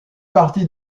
partie